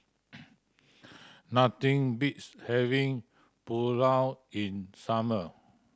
nothing beats having Pulao in summer